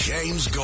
James